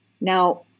Now